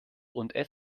und